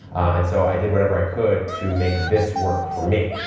and so i did whatever i could to make this work for me.